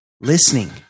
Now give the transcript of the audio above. Listening